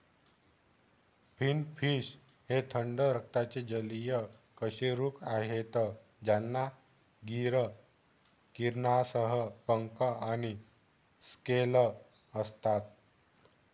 finfish हे थंड रक्ताचे जलीय कशेरुक आहेत ज्यांना गिल किरणांसह पंख आणि स्केल असतात